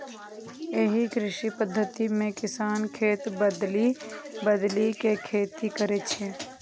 एहि कृषि पद्धति मे किसान खेत बदलि बदलि के खेती करै छै